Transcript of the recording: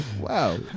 Wow